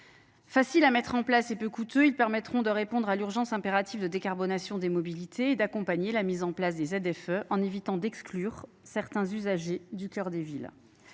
Faciles à mettre en place et peu coûteux, ils permettront de répondre à l'urgence impérative de décarbonation des mobilités et d'accompagner la mise en place des F e en évitant d'exclure certains usagers du cœur des villes,